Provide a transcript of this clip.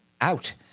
out